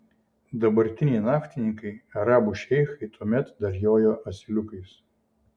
dabartiniai naftininkai arabų šeichai tuomet dar jojo asiliukais